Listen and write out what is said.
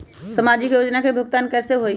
समाजिक योजना के भुगतान कैसे होई?